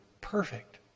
perfect